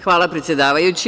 Hvala predsedavajući.